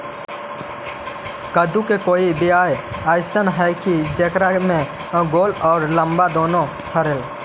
कददु के कोइ बियाह अइसन है कि जेकरा में गोल औ लमबा दोनो फरे?